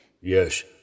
Yes